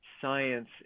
science